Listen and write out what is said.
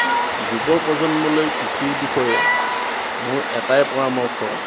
যুৱপ্ৰজন্মলৈ কৃষিৰ বিষয়ে মোৰ এটাই পৰামৰ্শ